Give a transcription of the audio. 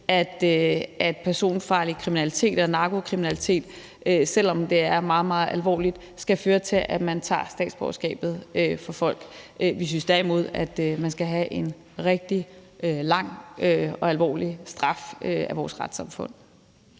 at personfarlig kriminalitet eller narkokriminalitet, selv om det er meget, meget alvorligt, skal føre til, at man tager statsborgerskabet fra folk. Vi synes derimod, at man skal have en rigtig lang og alvorlig straf af vores retssamfund.